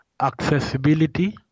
accessibility